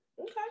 Okay